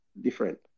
different